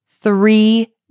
three